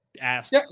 ask